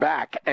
back